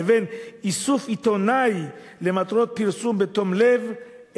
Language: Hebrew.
לבין איסוף עיתונאי למטרות פרסום בתום לב,